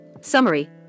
Summary